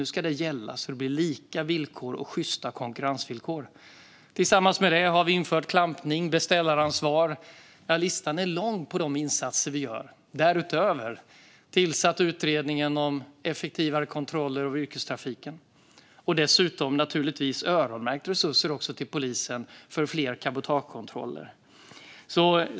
Nu ska det gälla, så att det blir lika villkor och sjysta konkurrensvillkor. Tillsammans med detta har vi infört klampning och beställaransvar. Listan på de insatser vi gör är lång. Därutöver har vi tillsatt utredningen om effektivare kontroller av yrkestrafiken. Dessutom har vi, naturligtvis, öronmärkt resurser till polisen för fler cabotagekontroller.